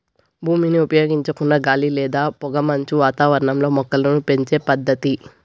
భూమిని ఉపయోగించకుండా గాలి లేదా పొగమంచు వాతావరణంలో మొక్కలను పెంచే పద్దతి